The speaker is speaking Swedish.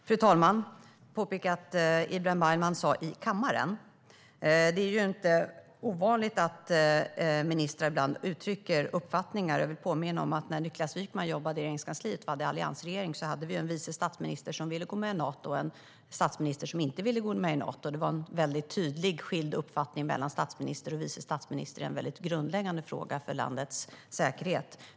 Fru talman! Jag vill göra ett påpekande när det gäller vad Ibrahim Baylan sa i kammaren. Det är ju inte ovanligt att ministrar uttrycker uppfattningar. Jag vill påminna om att när Niklas Wykman jobbade i Regeringskansliet och vi hade en alliansregering hade vi en vice statsminister som ville gå med i Nato och en statsminister som inte ville gå med i Nato. Det var en tydligt skild uppfattning mellan statsminister och vice statsminister i en väldigt grundläggande fråga för landets säkerhet.